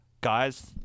Guys